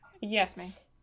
Yes